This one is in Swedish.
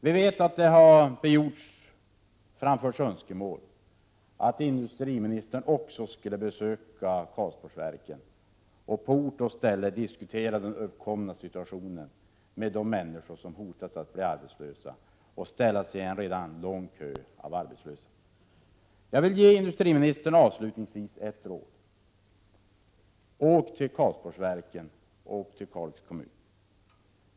Vi vet att det har framförts önskemål att industriministern också skulle besöka Karlsborgsverken för att på ort och ställe diskutera den uppkomna situationen med de människor som hotas av arbetslöshet och av att ställasien — Prot. 1987/88:34 redan lång kö av arbetslösa. Jag vill avslutningsvis ge industriministern några — 30 november 1987 råd: Åk till Karlsborgsverken! Åk till Kalix kommun!